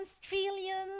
trillions